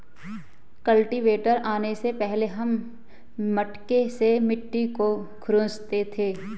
cultivator आने से पहले हम मटके से मिट्टी को खुरंचते थे